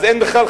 אז אין בכלל,